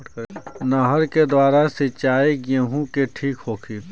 नहर के द्वारा सिंचाई गेहूँ के ठीक होखि?